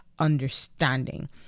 Understanding